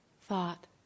thought